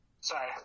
Sorry